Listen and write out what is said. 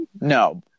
no